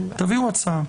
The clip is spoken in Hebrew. תביאו הצעה.